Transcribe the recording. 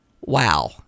Wow